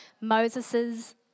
Moses's